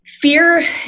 fear